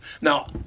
now